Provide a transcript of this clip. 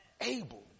able